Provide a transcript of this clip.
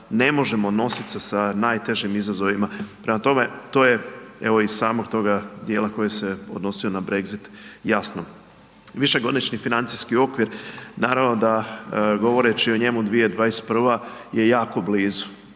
ne možemo nositi se sa najtežim izazovima. Prema tome to je evo iz samog toga dijela koji se odnosio na Brexit jasno. Višegodišnji financijski okvir, naravno da govoreći o njemu 2021. je jako blizu.